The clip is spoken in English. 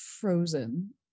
frozen